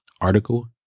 article